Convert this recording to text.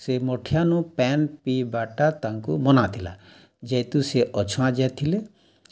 ସେ ମଠିଆନୁ ପାଏନ୍ ପି'ବାର୍ଟା ତାଙ୍କୁ ମନାଥିଲା ଯେହେତୁ ସେ ଅଛୁଆଁ ଜାଏତ୍ ଥିଲେ